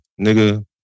Nigga